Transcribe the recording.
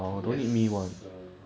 yes sir